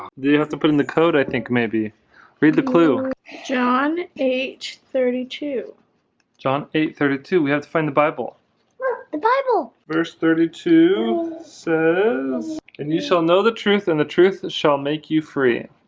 you have to put in the code, i think maybe read the clue john eight thirty two john eight thirty two we have to find the bible the bible verse thirty two says and you shall know the truth and the truth shall make you free